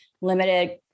limited